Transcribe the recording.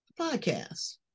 podcast